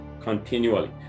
continually